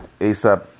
ASAP